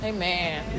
Amen